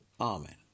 Amen